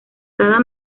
cada